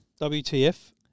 WTF